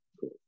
cool